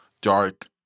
dark